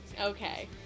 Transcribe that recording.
Okay